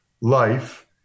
life